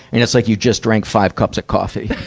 and it's like you just drank five cups of coffee.